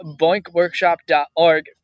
boinkworkshop.org